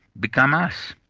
become us,